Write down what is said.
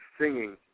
singing